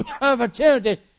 opportunity